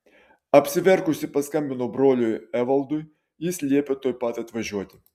apsiverkusi paskambinau broliui evaldui jis liepė tuoj pat atvažiuoti